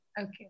Okay